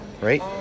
right